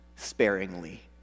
sparingly